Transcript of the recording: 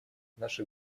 наше